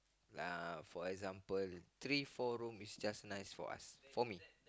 uh for example three four room is just right for us for me